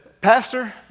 Pastor